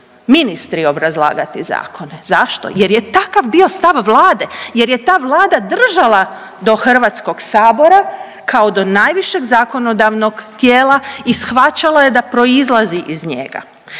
ministri obrazlagati zakone. Zašto? Jer je takav bio stav Vlade. Jer je ta Vlada držala do Hrvatskog sabora, kao do najvišeg zakonodavnog tijela i shvaćala je da proizlazi iz njega.